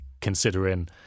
considering